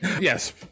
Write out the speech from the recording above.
Yes